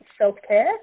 self-care